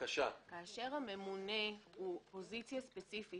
כאשר הממונה הוא פוזיציה ספציפית,